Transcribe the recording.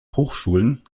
hochschulen